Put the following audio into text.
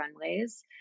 runways